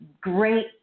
great